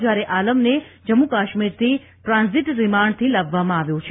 જયારે આલમને જમ્મુ કાશ્મિરથી ટ્રાન્ઝીટ રિમાન્ડથી લાવવામાં આવ્યો હતો